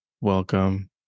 Welcome